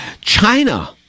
china